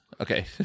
okay